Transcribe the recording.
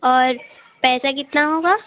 और पैसे कितने होंगे